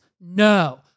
no